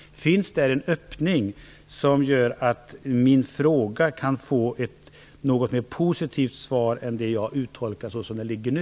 Finns där en öppning som gör att min fråga kan få ett något mer positivt svar än det jag uttolkat nu?